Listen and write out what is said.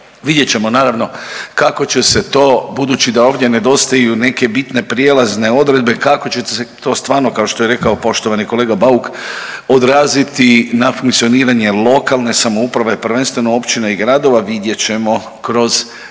Vidjet ćemo naravno kako će se to budući da ovdje nedostaju neke bitne prijelazne odredbe kako će se to stvarno kao što je rekao poštovani kolega Bauk odraziti na funkcioniranje lokalne samouprave, prvenstveno općina i gradova vidjet ćemo kroz